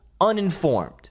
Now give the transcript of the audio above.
uninformed